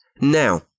now